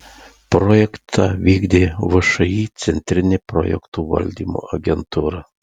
projektą vykdė všį centrinė projektų valdymo agentūra